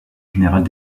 générale